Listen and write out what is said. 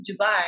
Dubai